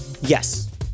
Yes